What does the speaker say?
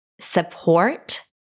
support